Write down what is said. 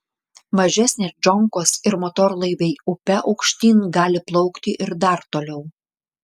mažesnės džonkos ir motorlaiviai upe aukštyn gali plaukti ir dar toliau